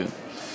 כן.